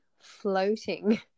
floating